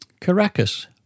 Caracas